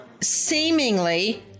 seemingly